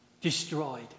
destroyed